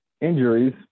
injuries